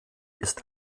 ist